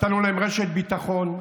נתנו להם רשת ביטחון,